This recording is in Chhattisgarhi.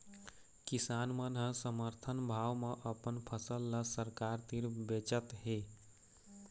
किसान मन ह समरथन भाव म अपन फसल ल सरकार तीर बेचत हे